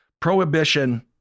prohibition